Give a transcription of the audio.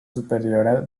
superior